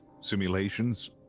simulations